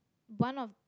one of